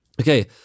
Okay